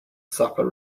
supper